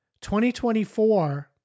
2024